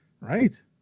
Right